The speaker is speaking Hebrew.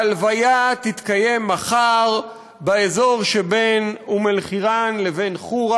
ההלוויה תתקיים מחר באזור שבין אום-אלחיראן לבין חורה,